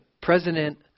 president